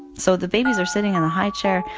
so the babies are sitting in a highchair.